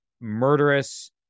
murderous